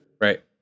right